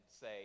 say